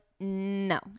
No